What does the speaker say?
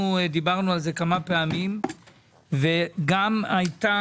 אנחנו דיברנו על זה כמה פעמים וגם הייתה